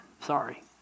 Sorry